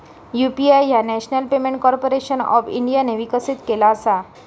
UPI ह्या national payment corporation of इंडियाने विकसित केला असा